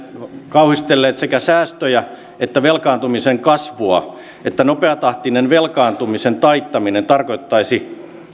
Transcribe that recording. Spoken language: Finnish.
kauhistelleet sekä säästöjä että velkaantumisen kasvua että nopeatahtinen velkaantumisen taittaminen tarkoittaisi